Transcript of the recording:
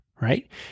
right